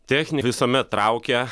techni visuomet traukia